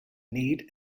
need